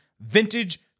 Vintage